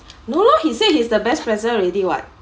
no lah he said he's the best present already [what]